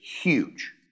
huge